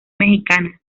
mexicana